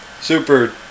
super